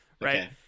right